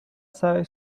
sabe